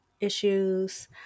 issues